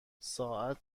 ساعت